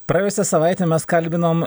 praėjusią savaitę mes kalbinom